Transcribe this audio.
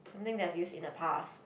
something that's used in the past